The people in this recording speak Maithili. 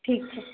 ठीक छै